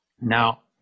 Now